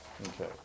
Okay